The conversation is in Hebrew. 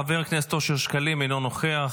חבר הכנסת אושר שקלים, אינו נוכח.